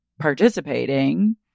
participating